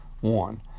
One